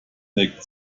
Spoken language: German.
neckt